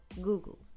Google